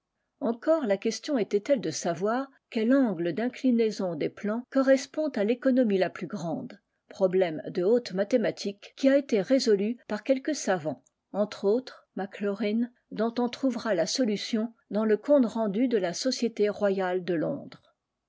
eacore la question était-elle de savoir quel angle d'inclinaison des plans correspond à l'économie la plus grande problème de hautes matl itiques qui a été résolu par quelques sav entre autres maclaurin dont on trouvera h ition dans le compte rendu de la société royale de londres